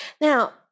Now